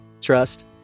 trust